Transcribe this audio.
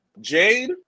Jade